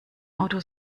auto